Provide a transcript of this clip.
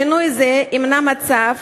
שינוי זה ימנע מצב